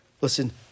Listen